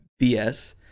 bs